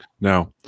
Now